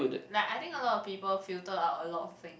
like I think a lot of people filter out a lot of thing